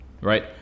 right